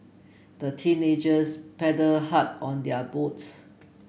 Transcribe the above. the teenagers paddled hard on their boat